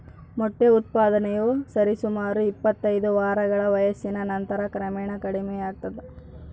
ಮೊಟ್ಟೆ ಉತ್ಪಾದನೆಯು ಸರಿಸುಮಾರು ಇಪ್ಪತ್ತೈದು ವಾರಗಳ ವಯಸ್ಸಿನ ನಂತರ ಕ್ರಮೇಣ ಕಡಿಮೆಯಾಗ್ತದ